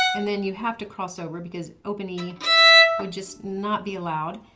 and then you'd have to cross over because open e would just not be allowed.